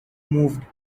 moved